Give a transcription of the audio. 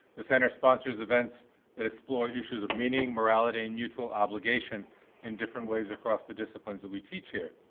the center sponsors events that explore issues of meaning, morality and mutual obligation in different ways across the disciplines that we teach here.